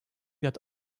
that